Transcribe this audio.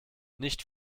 nicht